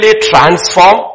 transform